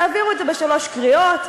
תעבירו את זה בשלוש קריאות,